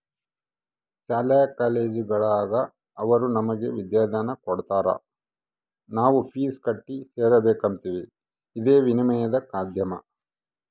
ಶಾಲಾ ಕಾಲೇಜುಗುಳಾಗ ಅವರು ನಮಗೆ ವಿದ್ಯಾದಾನ ಕೊಡತಾರ ನಾವು ಫೀಸ್ ಕಟ್ಟಿ ಸೇರಕಂಬ್ತೀವಿ ಇದೇ ವಿನಿಮಯದ ಮಾಧ್ಯಮ